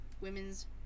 Women's